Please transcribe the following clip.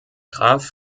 graf